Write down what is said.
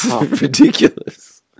ridiculous